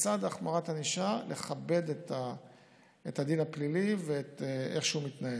בצד החמרת ענישה צריך לכבד את הדין הפלילי ואיך שהוא מתנהל.